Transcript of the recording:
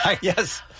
Yes